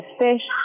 fish